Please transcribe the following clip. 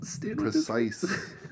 precise